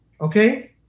Okay